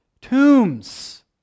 tombs